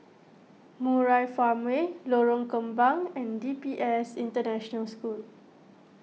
Murai Farmway Lorong Kembang and D P S International School